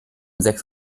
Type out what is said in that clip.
sechs